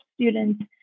students